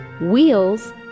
wheels